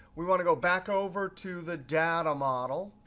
we want to go back over to the data model,